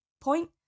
point